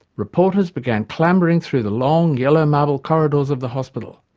reporters began clambering through the long yellow marble corridors of the hospital.